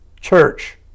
Church